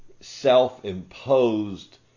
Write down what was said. self-imposed